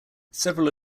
several